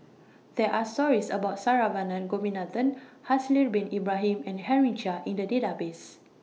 There Are stories about Saravanan Gopinathan Haslir Bin Ibrahim and Henry Chia in The Database